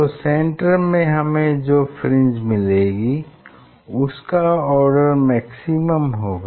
तो सेन्टर में हमें जो फ्रिंज मिलेगी उसका आर्डर मैक्सिमम होगा